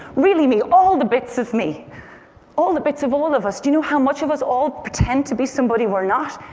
really me all the bits of me all the bits of all of us. do you know how much of us all pretend to be somebody we're not?